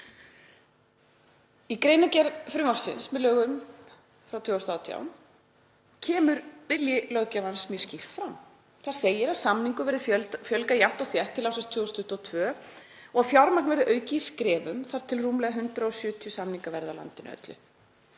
Í greinargerð með frumvarpinu sem varð að lögum 2018 kemur vilji löggjafans mjög skýrt fram. Þar segir að samningum verði fjölgað jafnt og þétt til ársins 2022 og að fjármagn verði aukið í skrefum þar til rúmlega 170 samningar verði á landinu öllu.